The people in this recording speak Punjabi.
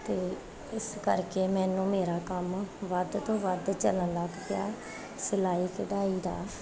ਅਤੇ ਇਸ ਕਰਕੇ ਮੈਨੂੰ ਮੇਰਾ ਕੰਮ ਵੱਧ ਤੋਂ ਵੱਧ ਚੱਲਣ ਲੱਗ ਪਿਆ ਸਿਲਾਈ ਕਢਾਈ ਦਾ